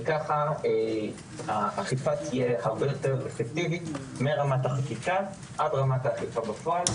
וככה האכיפה תהיה הרבה יותר אפקטיבית מרמת החקיקה עד רמת האכיפה בפועל,